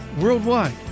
worldwide